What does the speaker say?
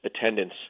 attendance